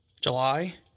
July